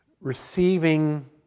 receiving